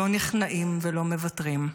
לא נכנעים ולא מוותרים,